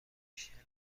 شناسی